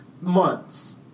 months